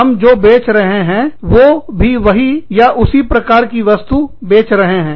हम जो बेच रहे हैं वो भी वही या उसी प्रकार की वस्तु बेच रहे हैं